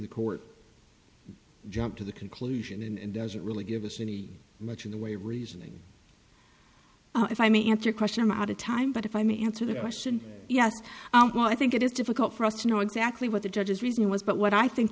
the court jumped to the conclusion and doesn't really give us any much in the way of reasoning if i may answer a question i'm out of time but if i may answer that question yes well i think it is difficult for us to know exactly what the judge's reasoning was but what i think